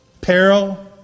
peril